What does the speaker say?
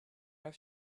have